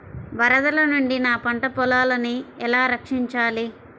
వరదల నుండి నా పంట పొలాలని ఎలా రక్షించాలి?